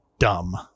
Dumb